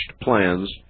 plans